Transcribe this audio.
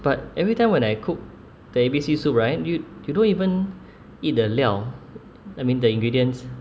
but every time when I cook the A_B_C soup right you d~ you don't even eat the 料 I mean the ingredients